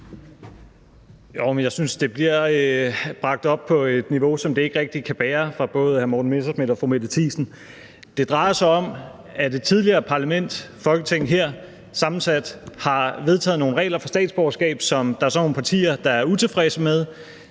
Jeg synes, det bliver bragt op på et niveau, det ikke rigtig kan bære, både af hr. Morten Messerschmidt og af fru Mette Thiesen. Det drejer sig om, at et tidligere parlament, sammensat på en bestemt måde, Folketinget her, har vedtaget nogle regler for statsborgerskab, som der så er nogle partier, der er utilfredse med.